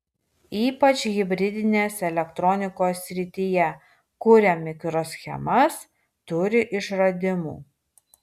ypač hibridinės elektronikos srityje kuria mikroschemas turi išradimų